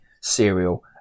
cereal